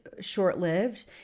short-lived